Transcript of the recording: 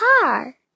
car